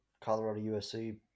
Colorado-USC